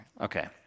okay